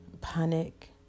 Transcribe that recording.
panic